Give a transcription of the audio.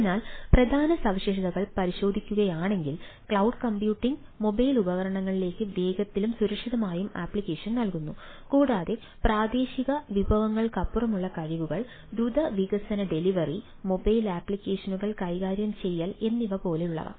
അതിനാൽ പ്രധാന സവിശേഷതകൾ പരിശോധിക്കുകയാണെങ്കിൽ ക്ലൌഡ് കമ്പ്യൂട്ടിംഗ് മൊബൈൽ ഉപകരണങ്ങളിലേക്ക് വേഗത്തിലും സുരക്ഷിതമായും ആപ്ലിക്കേഷൻ നൽകുന്നു കൂടാതെ പ്രാദേശിക വിഭവങ്ങൾക്കപ്പുറമുള്ള കഴിവുകൾ ദ്രുത വികസന ഡെലിവറി മൊബൈൽ ആപ്ലിക്കേഷനുകൾ കൈകാര്യം ചെയ്യൽ എന്നിവ പോലുള്ളവ